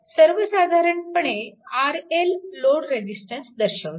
सर्वसाधारणपणे RL load resistance दर्शवतो